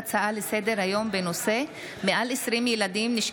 העסקה במוסדות מסוימים של מי שהורשעו באלימות כלפי ילדים וחסרי ישע,